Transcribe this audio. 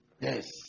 Yes